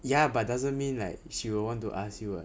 ya but doesn't mean like she will want to ask you [what]